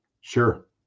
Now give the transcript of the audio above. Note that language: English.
Sure